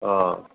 অঁ